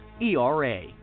ERA